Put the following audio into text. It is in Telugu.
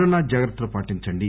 కరోనా జాగ్రత్తలు పాటించండి